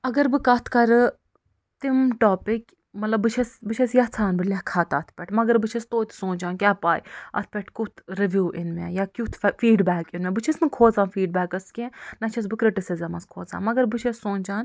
اَگر بہٕ کَتھ کرٕ تِم ٹواپِک مطلب بہٕ چھیٚس بہٕ چھیٚس یَژھان بہٕ لیٚکھہٕ ہا تَتھ پٮ۪ٹھ مَگر بہٕ چھیٚس توتہِ سونٛچَان کیٛاہ پَے اَتھ پٮ۪ٹھ کیٛتھ رِوِو یِن مےٚ یا کیٛتھ فیٖڈبیک یِن مےٚ بہٕ چھَس نہٕ کھۄژَان فیٖڈبیکَس کیٚنٛہہ نَہ چھیٚس بہٕ کرٛٹِسٕزمَس کھۄژان مَگر بہٕ چھَس شونٛچان